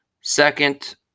Second